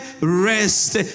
rest